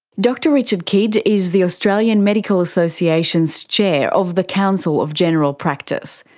dr richard kidd is the australian medical association's chair of the council of general practice.